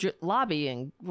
lobbying